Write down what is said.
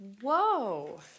Whoa